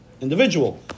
individual